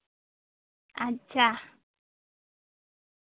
ᱟᱪᱪᱷᱟ